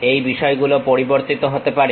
এই বিষয়গুলো পরিবর্তিত হতে পারে